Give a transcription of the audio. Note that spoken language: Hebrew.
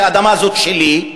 האדמה הזאת שלי,